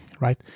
right